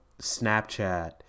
Snapchat